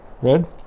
Red